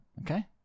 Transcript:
Okay